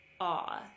awe